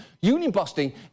Union-busting